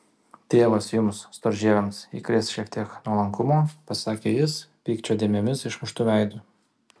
tėvas jums storžieviams įkrės šiek tiek nuolankumo pasakė jis pykčio dėmėmis išmuštu veidu